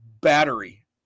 battery